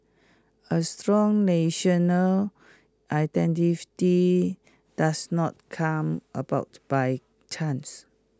A strong national identity does not come about by chance